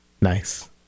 Nice